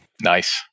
Nice